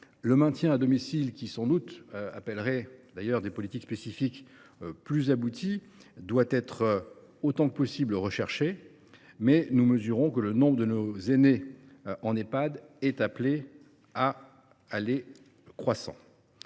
Le maintien à domicile, qui appellerait du reste des politiques spécifiques plus abouties, doit être autant que possible recherché, mais, nous le savons, le nombre de nos aînés accueillis en Ehpad est appelé à aller croissant.